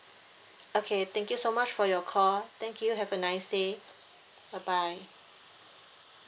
okay thank you so much for your call thank you have a nice day bye bye